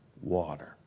water